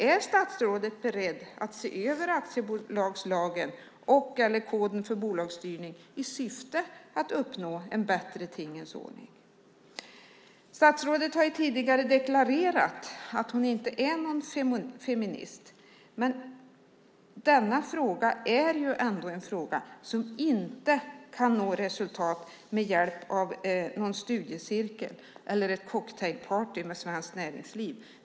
Är statsrådet beredd att se över aktiebolagslagen och/eller koden för bolagsstyrning i syfte att uppnå en bättre tingens ordning? Statsrådet har tidigare deklarerat att hon inte är någon feminist. Men denna fråga är ändå en fråga där man inte kan nå resultat med hjälp av någon studiecirkel eller ett cocktailparty med Svenskt Näringsliv.